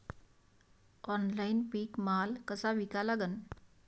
Online पीक माल कसा विका लागन?